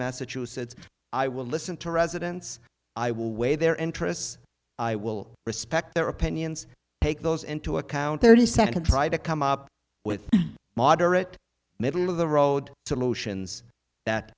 massachusetts i will listen to residents i will weigh their interests i will respect their opinions take those into account thirty seven and try to come up with moderate middle of the road to